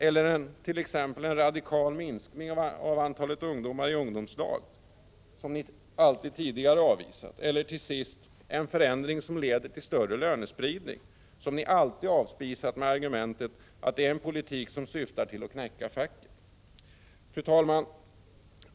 Och hur ställer ni er till en radikal minskning av antalet ungdomar i ungdomslag som ni alltid tidigare avvisat? Och till sist: en förändring som leder till större lönespridning är något som ni alltid avspisat med argumentet att det är en politik som syftar till att knäcka facket. Fru talman!